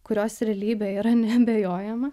kurios realybė yra neabejojama